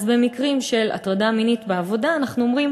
אז במקרים של הטרדה מינית בעבודה אנחנו אומרים